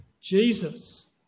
Jesus